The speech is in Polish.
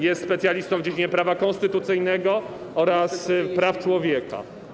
Jest specjalistą w dziedzinie prawa konstytucyjnego oraz praw człowieka.